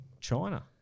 China